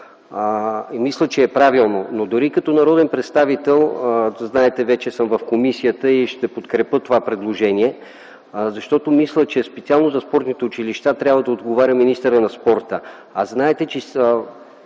народен представител. Като народен представител, знаете, вече съм в комисията и ще подкрепя това предложение, защото мисля, че специално за спортните училища трябва да отговаря министърът на спорта. Поне